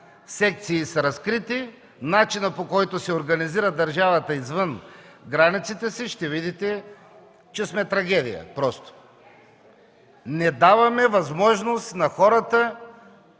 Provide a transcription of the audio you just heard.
секции са разкрити и за начина, по който се организира държавата извън границите си, ще видите, че сме трагедия. Не даваме на хората